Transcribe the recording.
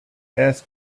asked